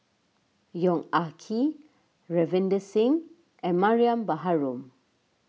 Yong Ah Kee Ravinder Singh and Mariam Baharom